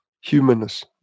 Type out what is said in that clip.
humanness